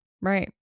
Right